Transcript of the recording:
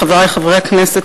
חברי חברי הכנסת,